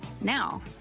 Now